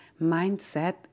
mindset